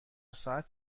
ساعت